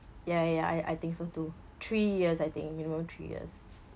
ya ya I I think so too three years I think minimum three years